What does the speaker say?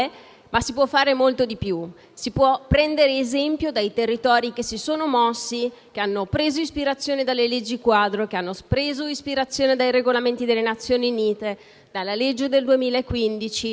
ma si può fare molto di più: si può prendere esempio dai territori, che si sono mossi e hanno preso ispirazione dalle leggi quadro, dai Regolamenti delle Nazioni Unite, dalla legge del 2015,